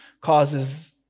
causes